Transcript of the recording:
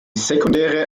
sekundäre